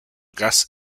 gas